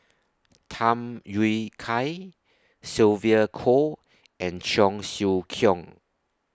Tham Yui Kai Sylvia Kho and Cheong Siew Keong